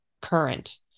current